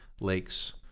lakes